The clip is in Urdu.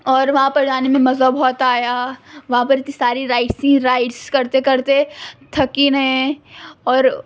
اور وہاں پر جانے میں مزہ بہت آیا وہاں پر اتنی ساری رائڈس تھیں رائڈس کرتے کرتے تھکی نہیں اور